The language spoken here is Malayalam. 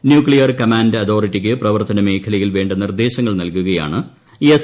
ന്യൂക്സിയർ കമാൻഡ് അതോറിറ്റിക്ക് പ്രവർത്തനമേഖലയിൽ പ്പേ്ണ്ട നിർദ്ദേശങ്ങൾ നൽകുകയാണ് എസ്